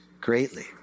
Greatly